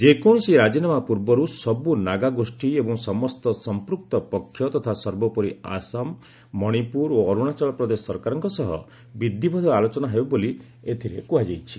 ଯେକୌଣସି ରାଜିନାମା ପୂର୍ବରୁ ସବୁ ନାଗା ଗୋଷ୍ଠୀ ଏବଂ ସମସ୍ତ ସମ୍ପୃକ୍ତ ପକ୍ଷ ତଥା ସର୍ବୋପରି ଆସାମ ମଣିପୁର ଓ ଅରୁଣାଚଳ ପ୍ରଦେଶ ସରକାରଙ୍କ ସହ ବିଧିବଦ୍ଧ ଆଲୋଚନା ହେବ ବୋଲି ଏଥିରେ କୁହାଯାଇଛି